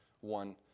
one